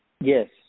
Yes